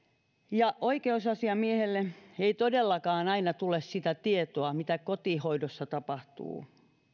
oikeusasiamiehelle ei todellakaan aina tule sitä tietoa mitä kotihoidossa tapahtuu